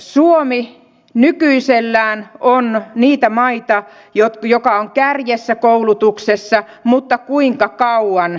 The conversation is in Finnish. suomi nykyisellään on niitä maita jotka ovat kärjessä koulutuksessa mutta kuinka kauan